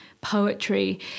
poetry